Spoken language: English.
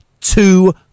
Two